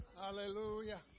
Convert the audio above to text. Hallelujah